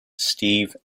steve